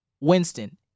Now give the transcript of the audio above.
Winston